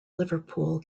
liverpool